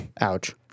Ouch